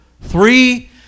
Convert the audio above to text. Three